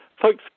folks